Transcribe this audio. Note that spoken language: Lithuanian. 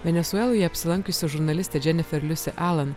venesueloje apsilankiusi žurnalistė jennifer liusi alan